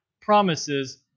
promises